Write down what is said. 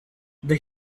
the